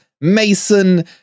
Mason